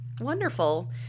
Wonderful